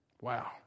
Wow